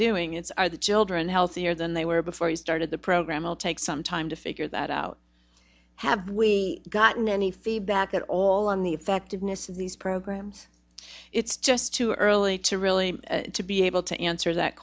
doing it's are the children healthier than they were before you started the program will take some time to figure that out have we gotten any feedback at all on the effectiveness of these programs it's just too early to really to be able to answer that